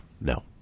no